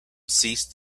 ceased